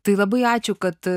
tai labai ačiū kad